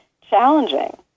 challenging